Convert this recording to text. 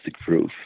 proof